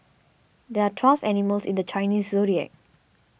there are twelve animals in the Chinese zodiac